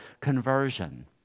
conversion